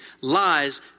Lies